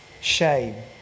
shame